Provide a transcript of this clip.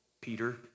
Peter